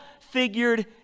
figured